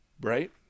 Right